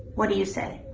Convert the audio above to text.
what do you say?